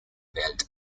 welt